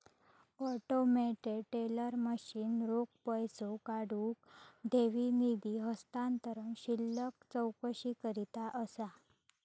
automated teller machine रोख पैसो काढुक, ठेवी, निधी हस्तांतरण, शिल्लक चौकशीकरता असा